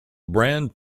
brand